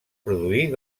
produir